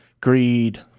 greed